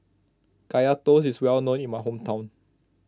Kaya Toast is well known in my hometown